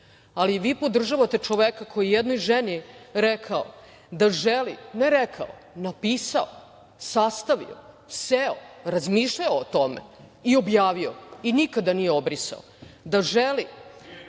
ali vi podržavate čoveka koji je jednoj ženi rekao da želi, ne rekao, napisao, sastavio, seo, razmišljao o tome i objavio i nikada nije obrisao – da želi